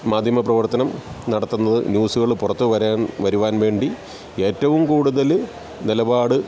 മാധ്യമപ്രവർത്തനം നടത്തുന്നത് ന്യൂസുകൾ പുറത്തുവരാൻ വരുവാൻ വേണ്ടി ഏറ്റവും കൂടുതൽ നിലപാട്